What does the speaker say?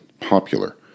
popular